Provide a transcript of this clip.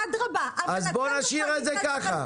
אז בואי נשאיר את זה ככה,